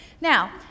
Now